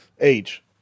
age